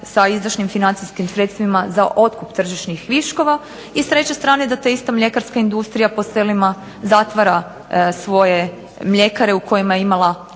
sa izdašnim financijskim sredstvima za otkup tržišnih viškova. I s treće strane da ta ista mljekarska industrija po selima zatvara svoje mljekare u kojima je imala